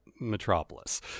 Metropolis